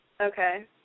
Okay